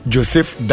Joseph